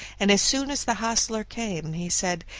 and as soon as the hostler came, he said,